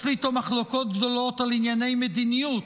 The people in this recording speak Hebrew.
יש לי איתו מחלוקות גדולות על ענייני מדיניות,